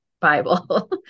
Bible